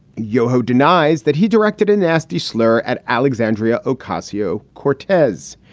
yoho denies that he directed a nasty slur at alexandria ocasio cortez.